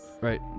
right